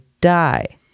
die